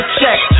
check